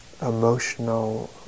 emotional